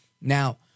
Now